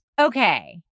Okay